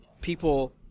people